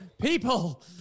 People